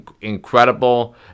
incredible